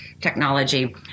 technology